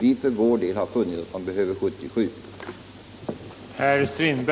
Vi för vår del har funnit att man behöver 77 miljoner.